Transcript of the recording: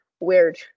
weird